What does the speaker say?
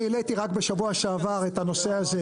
רק בשבוע שעבר אני העליתי את הנושא הזה.